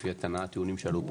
לפי הטיעונים שעלו פה.